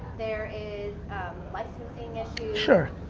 there is like issues sure,